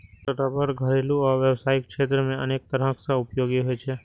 रबड़ घरेलू आ व्यावसायिक क्षेत्र मे अनेक तरह सं उपयोगी होइ छै